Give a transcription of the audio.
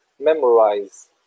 memorize